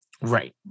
Right